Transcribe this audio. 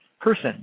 person